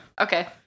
Okay